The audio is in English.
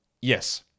Yes